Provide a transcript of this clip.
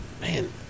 man